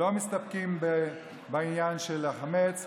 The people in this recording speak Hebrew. לא מסתפקים בעניין של החמץ,